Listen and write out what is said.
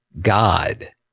God